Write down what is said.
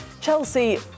Chelsea